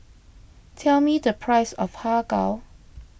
tell me the price of Har Kow